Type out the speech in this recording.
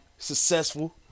Successful